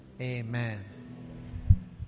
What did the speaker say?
Amen